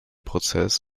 prozess